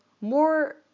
more